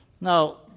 Now